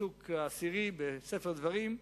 פסוק 10, בספר דברים,